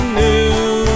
new